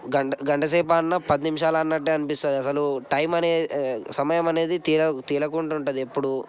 గంట గంటసేపు ఆడిన పదినిమిషాలు ఆడినట్టు అనిపిస్తుంది అసలు టైం అనేది సమయం అనేది తెలియదు తెలియకుండా ఉంటుంది ఎప్పుడు